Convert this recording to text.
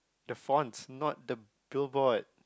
the fonts not the billboard